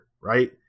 right